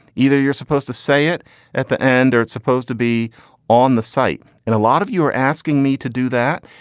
either you're supposed to say it at the end or it's supposed to be on the site. and a lot of you are asking me to do that.